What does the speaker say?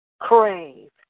crave